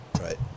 right